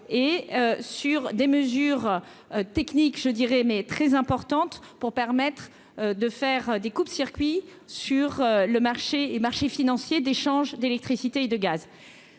et sur des mesures techniques, je dirais, mais très importante pour permettre de faire des coupes circuits sur le marché et marché financier d'échange d'électricité et de gaz,